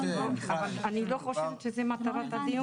אני לא חושבת שזה מטרת הדיון.